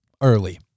early